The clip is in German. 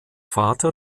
vater